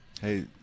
Hey